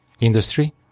industry